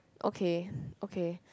okay okay